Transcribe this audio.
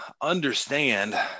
understand